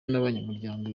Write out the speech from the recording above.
n’abanyamuryango